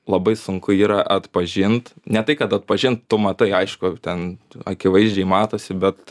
labai sunku yra atpažint ne tai kad atpažint tu matai aišku ten akivaizdžiai matosi bet